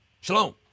shalom